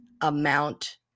amount